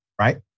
right